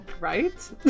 Right